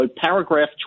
paragraph